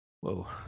Whoa